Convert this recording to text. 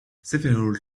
several